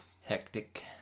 hectic